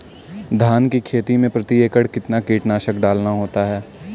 धान की खेती में प्रति एकड़ कितना कीटनाशक डालना होता है?